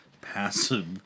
passive